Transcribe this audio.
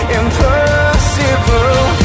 impossible